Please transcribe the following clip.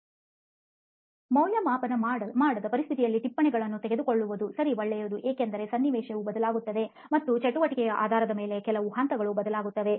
ಪ್ರೊಫೆಸರ್ಮೌಲ್ಯಮಾಪನ ಮಾಡದ ಪರಿಸ್ಥಿತಿಯಲ್ಲಿ ಟಿಪ್ಪಣಿಗಳನ್ನು ತೆಗೆದುಕೊಳ್ಳುವುದು ಸರಿ ಒಳ್ಳೆಯದು ಏಕೆಂದರೆ ಸನ್ನಿವೇಶವು ಬದಲಾಗುತ್ತದೆ ಮತ್ತು ಚಟುವಟಿಕೆಯ ಆಧಾರದ ಮೇಲೆ ಯಾವ ಹಂತಗಳು ಬದಲಾಗುತ್ತವೆ